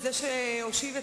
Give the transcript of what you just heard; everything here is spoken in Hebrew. ביבי,